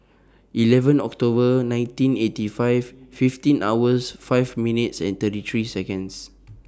eleven October nineteen eighty five fifteen hours five minutes and thirty three Seconds